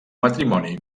matrimoni